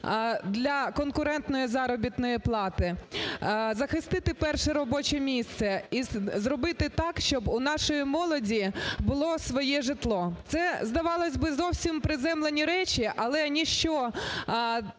для конкурентної заробітної плати. Захистити перше робоче місце і зробити так, щоб у нашої молоді було своє житло. Це, здавалось би, зовсім приземлені речі, але ніщо